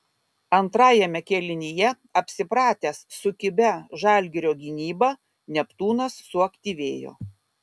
antrajame kėlinyje apsipratęs su kibia žalgirio gynyba neptūnas suaktyvėjo